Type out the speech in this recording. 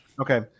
Okay